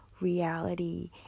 reality